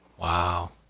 Wow